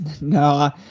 No